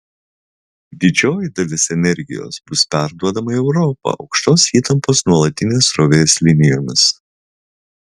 didžioji dalis energijos bus perduodama į europą aukštos įtampos nuolatinės srovės linijomis